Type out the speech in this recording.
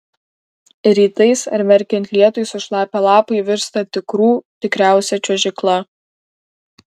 rytais ar merkiant lietui sušlapę lapai virsta tikrų tikriausia čiuožykla